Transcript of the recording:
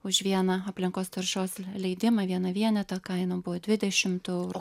už vieną aplinkos taršos leidimą vieną vienetą kaina buvo dvidešimt eurų